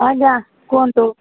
ଆଜ୍ଞା କୁହନ୍ତୁ